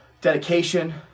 dedication